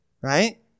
right